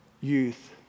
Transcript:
youth